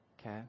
okay